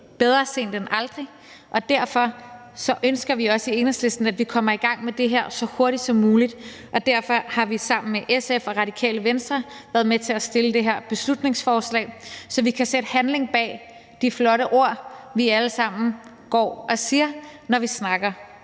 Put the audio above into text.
Bedre sent end aldrig. Derfor ønsker vi også i Enhedslisten, at vi kommer i gang med det her så hurtigt som muligt, og derfor har vi sammen med SF og Radikale Venstre været med til at fremsætte det her beslutningsforslag, så vi kan sætte handling bag de flotte ord, vi alle sammen går og siger, når vi snakker